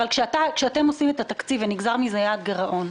כשאתם עושים את התקציב ונגזר מזה יעד הגירעון,